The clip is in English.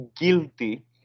guilty